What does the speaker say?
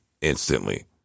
instantly